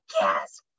yes